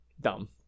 dumb